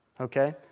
Okay